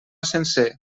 sencer